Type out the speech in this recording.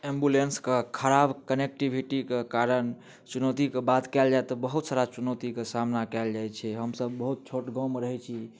एम्बुलेंसके खराब कनेक्टीभिटीके कारण चुनौतीके बात कयल जाय तऽ बहुत सारा चुनौती के सामना कयल जाइ छै हमसब बहुत छोट गाँव मे रहै छी